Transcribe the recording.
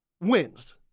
wins